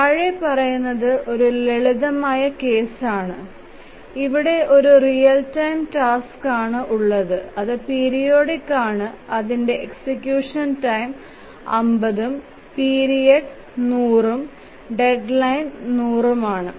താഴെ പറയുന്നത് ഒരു ലളിതമായ കേസ് ആണ് ഇവിടെ ഒരു റിയൽ ടൈം ടാസ്ക് ആണ് ഉള്ളത് അത് പീരിയോഡിക് ആണ് അതിന്റെ എക്സിക്യൂഷൻ ടൈം 50തും പിരീഡ് 100റും ഡെഡ്ലൈൻ 100റും ആണ്